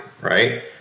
right